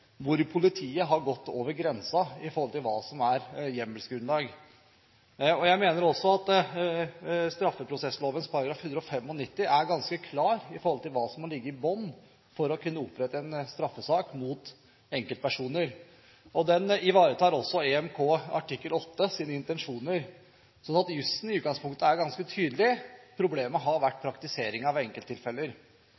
hvor politiet har gått over grensen i forhold til hva som er hjemmelsgrunnlaget. Jeg mener også at straffeprosessloven § 195 er ganske klar med hensyn til hva som må ligge i bunnen for å kunne reise straffesak mot enkeltpersoner. Den ivaretar også intensjonene i EMKs artikkel 8. Jusen er i utgangspunktet ganske tydelig.